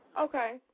Okay